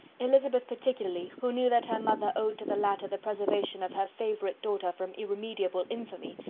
elizabeth, particularly, who knew that her mother owed to the latter the preservation of her favourite daughter from irremediable infamy,